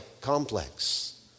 complex